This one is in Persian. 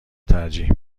ترجیح